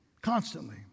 constantly